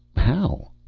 how?